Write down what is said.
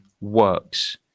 works